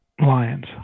Lions